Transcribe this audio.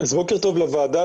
בוקר טוב לוועדה,